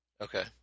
Okay